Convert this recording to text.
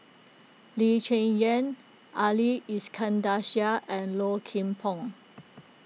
Lee Cheng Yan Ali Iskandar Shah and Low Kim Pong